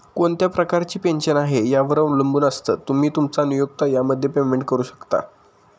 कोणत्या प्रकारची पेन्शन आहे, यावर अवलंबून असतं, तुम्ही, तुमचा नियोक्ता यामध्ये पेमेंट करू शकता